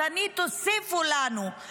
אז תוסיפו לנו,